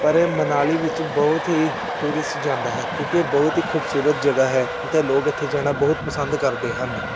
ਪਰ ਇਹ ਮਨਾਲੀ ਵਿੱਚ ਬਹੁਤ ਹੀ ਟੂਰਿਸਟ ਜਾਂਦਾ ਹੈ ਕਿਉਂਕਿ ਇਹ ਬਹੁਤ ਹੀ ਖੂਬਸੂਰਤ ਜਗ੍ਹਾ ਹੈ ਤਾਂ ਲੋਕ ਇੱਥੇ ਜਾਣਾ ਬਹੁਤ ਪਸੰਦ ਕਰਦੇ ਹਨ